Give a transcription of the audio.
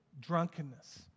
drunkenness